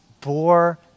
bore